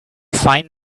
fine